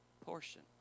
portion